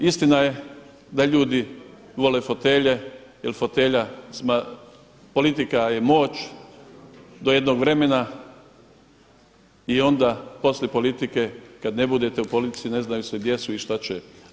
Istina je da ljudi vole fotelje jel fotelja, politika je moć do jednog vremena i onda poslije politike kada ne budete u politici ne znaju se gdje su i šta će.